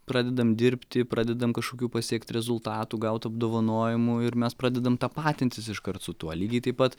pradedam dirbti pradedam kažkokių pasiekt rezultatų gaut apdovanojimų ir mes pradedam tapatintis iškart su tuo lygiai taip pat